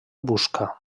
busca